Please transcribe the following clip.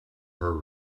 her